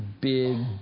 big